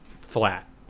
flat